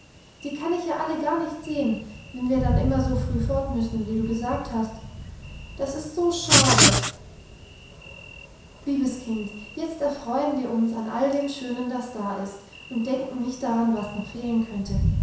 die kann ich ja alle gar nicht sehen wenn wir dann immer so früh fort müssen wie du gesagt hast das ist so schade liebes kind jetzt erfreuen wir uns an all dem schönen das da ist und denken nicht daran was noch fehlen könnte